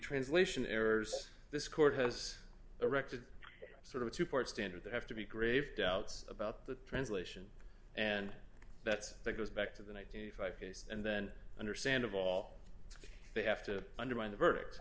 translation errors this court has erected sort of a two part standard that have to be grave doubts about the translation and that's that goes back to the ninety five dollars case and then understand of all they have to undermine the verdict